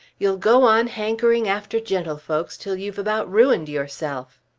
you'll go on hankering after gentlefolks till you've about ruined yourself.